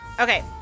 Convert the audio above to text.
okay